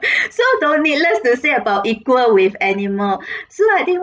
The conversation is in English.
so don't needless to say about equal with animal so I think